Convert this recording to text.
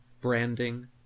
branding